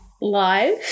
live